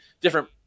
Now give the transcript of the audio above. different